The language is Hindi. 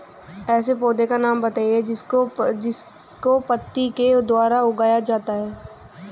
ऐसे पौधे का नाम बताइए जिसको पत्ती के द्वारा उगाया जाता है